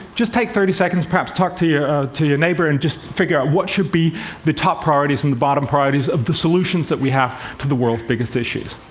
just take thirty seconds, perhaps talk to your to your neighbor, and just figure out what should be the top priorities and the bottom priorities of the solutions that we have to the world's biggest issues.